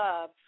love